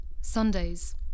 Sundays